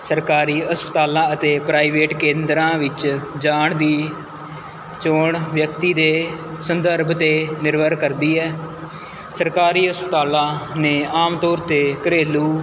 ਸਰਕਾਰੀ ਹਸਪਤਾਲਾਂ ਅਤੇ ਪ੍ਰਾਈਵੇਟ ਕੇਂਦਰਾਂ ਵਿੱਚ ਜਾਣ ਦੀ ਚੋਣ ਵਿਅਕਤੀ ਦੇ ਸੰਦਰਭ 'ਤੇ ਨਿਰਭਰ ਕਰਦੀ ਹੈ ਸਰਕਾਰੀ ਹਸਪਤਾਲਾਂ ਨੇ ਆਮ ਤੌਰ 'ਤੇ ਘਰੇਲੂ